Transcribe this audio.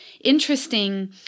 interesting